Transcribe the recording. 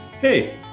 hey